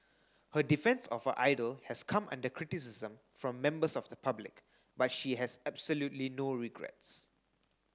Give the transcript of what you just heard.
her defence of her idol has come under criticism from members of the public but she has absolutely no regrets